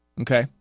Okay